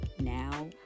now